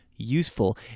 Useful